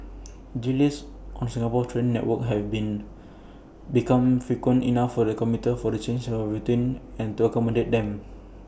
delays on Singapore's train network have been become frequently enough for the commuters for the change of their routines accommodate them